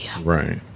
Right